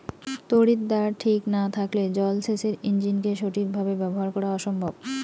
তড়িৎদ্বার ঠিক না থাকলে জল সেচের ইণ্জিনকে সঠিক ভাবে ব্যবহার করা অসম্ভব